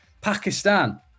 Pakistan